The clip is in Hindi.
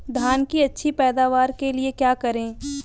धान की अच्छी पैदावार के लिए क्या करें?